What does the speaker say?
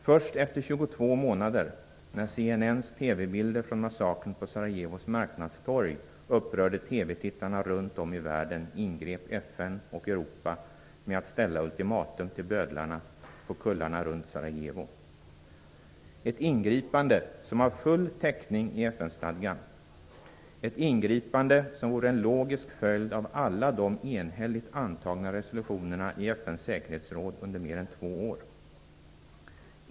Först efter 22 månader, när CNN:s TV-bilder från massakern på Sarajevos marknadstorg upprörde TV-tittarna runt om i världen, ingrep FN och Europa genom att ställa ultimatum till bödlarna på kullarna runt Det är ett ingripande som har full täckning i FN stadgan. Ingripandet vore dessutom en logisk följd av alla de enhälligt antagna resolutionerna i FN:s säkerhetsråd under mer än två år.